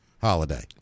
holiday